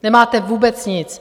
Nemáte vůbec nic.